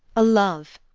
a love,